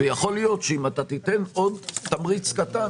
יכול להיות שאם אתה תיתן עוד תמריץ קטן,